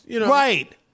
Right